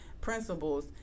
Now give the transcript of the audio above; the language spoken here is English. principles